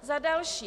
Za další.